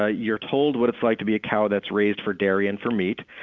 ah you're told what it's like to be a cow that's raised for dairy and for meat,